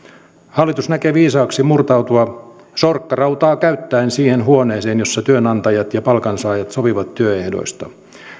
hallitus näkee viisaaksi murtautua sorkkarautaa käyttäen siihen huoneeseen jossa työnantajat ja palkansaajat sopivat työehdoista